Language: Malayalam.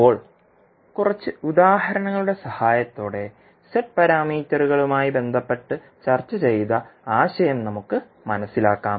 ഇപ്പോൾ കുറച്ച് ഉദാഹരണങ്ങളുടെ സഹായത്തോടെ z പാരാമീറ്ററുകളുമായി ബന്ധപ്പെട്ട ചർച്ച ചെയ്ത ആശയം നമുക്ക് മനസിലാക്കാം